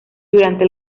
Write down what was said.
durante